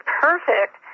perfect